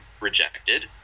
rejected